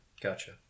Gotcha